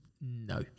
no